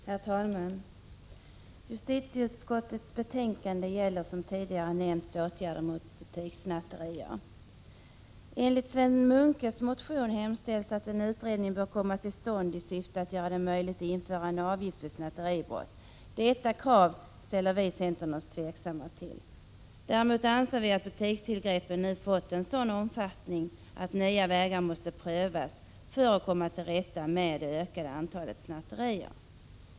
Herr talman! Justitieutskottets betänkande 6 gäller, som tidigare nämnts, åtgärder mot butikssnatterier. I Sven Munkes motion hemställs att en utredning bör komma till stånd i syfte att göra det möjligt att införa en avgift vid snatteribrott. Detta krav ställer vi i centern oss tveksamma till. Däremot anser vi att butikstillgreppen nu fått en sådan omfattning att nya vägar måste prövas för att man skall kunna komma till rätta med det ökade antalet snatterier.